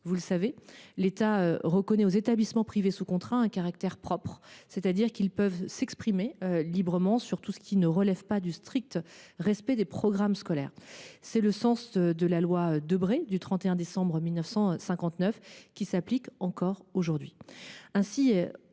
Vous le savez, l’État reconnaît aux établissements privés sous contrat un caractère propre, c’est à dire qu’ils peuvent s’exprimer librement sur tout ce qui ne relève pas du strict respect des programmes scolaires. C’est le sens de la loi du 31 décembre 1959 sur les rapports entre l’État